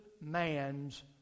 man's